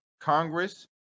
Congress